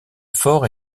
fort